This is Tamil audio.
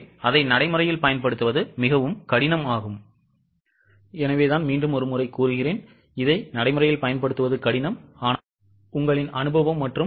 எனவே அதை நடைமுறையில் பயன்படுத்துவது கடினம்